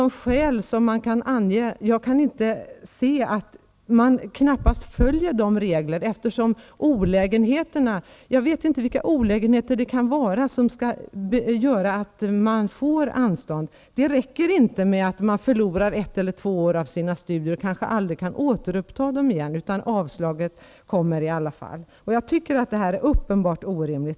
Jag kan inte se att man följer reglerna för anstånd. Jag vet inte vilka olägenheter det kan vara som gör att man får anstånd. Det räcker inte med att man förlorar ett eller två år av sina studier och kanske aldrig kan återuppta dem. Avslag på anslagsbegäran kommer i alla fall. Det tycker jag är uppenbart orimligt.